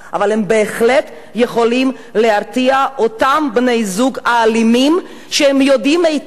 אבל בהחלט יכולים להרתיע את אותם בני-זוג אלימים שיודעים היטב